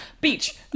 beach